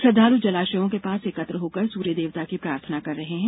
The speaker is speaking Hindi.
श्रद्वालू जलाशयों के पास एकत्र होकर सूर्य देवता की प्रार्थना कर रहे हैं